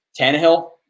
Tannehill